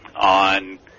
on